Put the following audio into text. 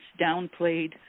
downplayed